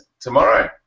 tomorrow